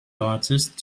artist